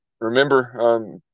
remember –